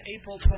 April